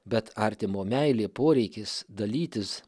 bet artimo meilė poreikis dalytis